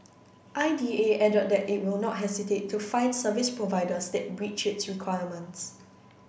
I D A added that it will not hesitate to fine service providers that breach its requirements